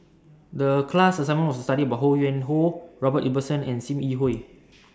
The class assignment was to study about Ho Yuen Hoe Robert Ibbetson and SIM Yi Hui